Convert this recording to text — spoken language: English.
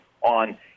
on